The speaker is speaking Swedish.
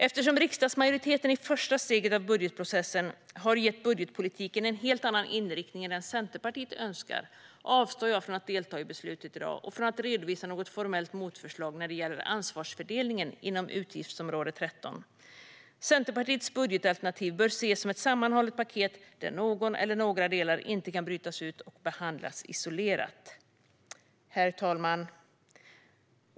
Eftersom riksdagsmajoriteten i första steget av budgetprocessen har gett budgetpolitiken en helt annan inriktning än den Centerpartiet önskar avstår vi från att delta i beslutet i dag och från att redovisa något formellt motförslag när det gäller anslagsfördelningen inom utgiftsområde 13. Centerpartiets budgetalternativ bör ses som ett sammanhållet paket där någon eller några delar inte kan brytas ut och behandlas isolerat. Herr talman!